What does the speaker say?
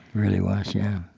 really was, yeah.